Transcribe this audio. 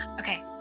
Okay